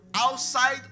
Outside